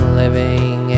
living